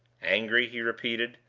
angry? he repeated,